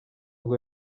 ngo